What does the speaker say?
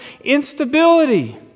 instability